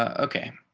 okay,